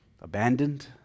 Abandoned